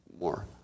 more